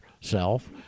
self